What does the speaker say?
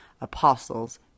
apostles